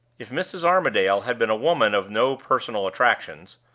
if mrs. armadale had been a woman of no personal attractions,